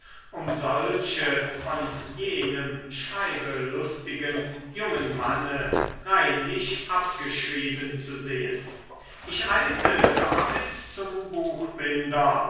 um solche von jenem schreibelustigen jungen manne reinlich abgeschrieben zu sehen ich eilte damit zum buchbinder